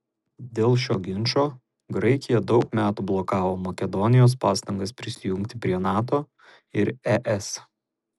dėl šio ginčo graikija daug metų blokavo makedonijos pastangas prisijungti prie nato ir es